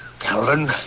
Calvin